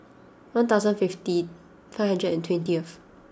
one thousand fifty hundred and twentieth